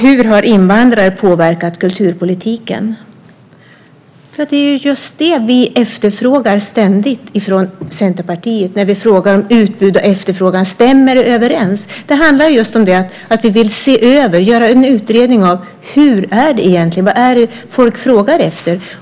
Hur har invandrare påverkat kulturpolitiken? Ja, det är just det vi ständigt efterfrågar från Centerpartiet när vi frågar om utbud och efterfrågan: Stämmer det överens? Det handlar just om det att vi vill se över och göra en utredning av hur det egentligen är, vad det är folk frågar efter.